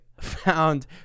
Found